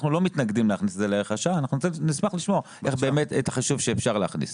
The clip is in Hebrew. אנחנו לא מתנגדים להכניס את זה אבל נשמח לשמוע את החישוב שאפשר להכניס.